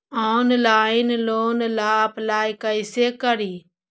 Online loan ला apply कैसे करी?